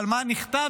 אבל מה נכתב?